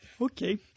okay